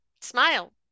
Smile